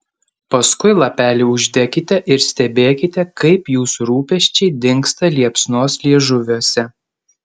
paskui lapelį uždekite ir stebėkite kaip jūsų rūpesčiai dingsta liepsnos liežuviuose